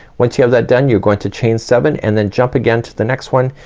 once you have that done, you're going to chain seven, and then jump again to the next one,